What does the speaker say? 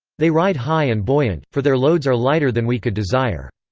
they ride high and buoyant, for their loads are lighter than we could desire.